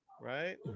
Right